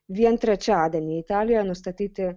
vien trečiadienį italijoje nustatyti